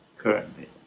currently